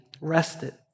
rested